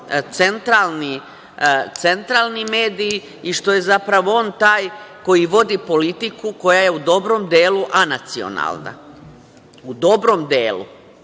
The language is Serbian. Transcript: centralni medij i što je zapravo on taj koji vodi politiku koje je u dobrom delu anacionalna. Možda je